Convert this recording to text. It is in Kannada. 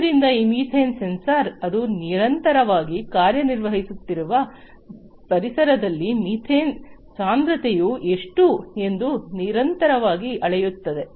ಆದ್ದರಿಂದ ಈ ಮೀಥೇನ್ ಸೆನ್ಸರ್ ಅದು ನಿರಂತರವಾಗಿ ಕಾರ್ಯನಿರ್ವಹಿಸುತ್ತಿರುವ ಪರಿಸರದಲ್ಲಿ ಮೀಥೇನ್ ಸಾಂದ್ರತೆಯು ಎಷ್ಟು ಎಂದು ನಿರಂತರವಾಗಿ ಅಳೆಯುತ್ತದೆ